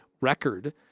record